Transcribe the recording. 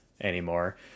anymore